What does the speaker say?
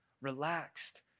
relaxed